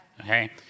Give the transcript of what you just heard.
Okay